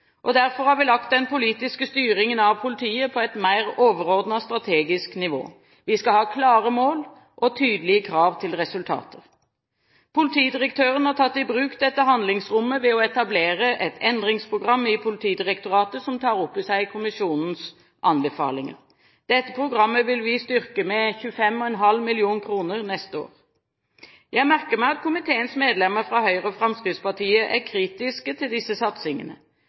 lede. Derfor har vi lagt den politiske styringen av politiet på et mer overordnet, strategisk nivå. Vi skal ha klare mål og tydelige krav til resultater. Politidirektøren har tatt i bruk dette handlingsrommet ved å etablere et endringsprogram i Politidirektoratet som tar opp i seg kommisjonens anbefalinger. Dette programmet vil vi styrke med 25,5 mill. kr neste år. Jeg merker meg at komiteens medlemmer fra Høyre og Fremskrittspartiet er kritiske til disse satsingene.